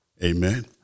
Amen